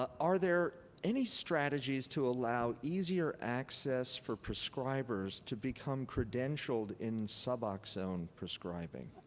ah are there any strategies to allow easier access for prescribers to become credentialed in suboxone prescribing?